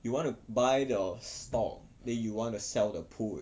you want to buy the stock then you wanna sell the put